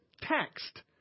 text